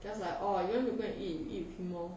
just like orh you want to go eat you eat with him lor